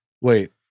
Wait